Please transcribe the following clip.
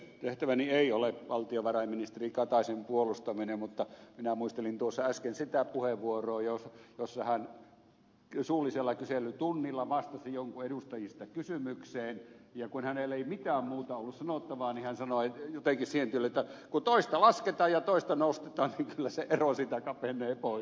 tehtäväni ei ole valtiovarainministeri kataisen puolustaminen mutta minä muistelin tuossa äsken sitä puheenvuoroa jossa hän suullisella kyselytunnilla vastasi jonkun edustajan kysymykseen ja kun hänellä ei mitään muuta ollut sanottavaa niin hän sanoi jotenkin siihen tyyliin että kun toista lasketaan ja toista nostetaan niin kyllä se ero siitä kapenee pois